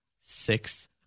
six